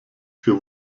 für